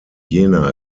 jena